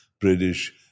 British